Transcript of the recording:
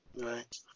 Right